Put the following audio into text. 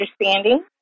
understanding